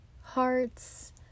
hearts